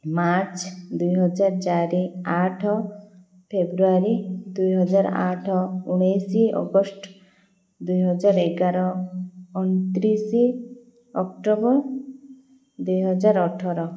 March ଦୁଇହଜାର ଚାରି ଆଠ ଫେବୃଆରୀ ଦୁଇହଜାର ଆଠ ଉଣେଇଶ ଅଗଷ୍ଟ ଦୁଇହଜାର ଏଗାର ଅଣତିରିଶ ଅକ୍ଟୋବର ଦୁଇହଜାର ଅଠର